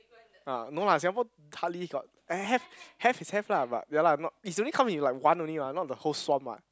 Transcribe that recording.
ah no lah Singapore hardly got eh have have is have lah but ya lah not it's only come in like one only mah not the whole swarm what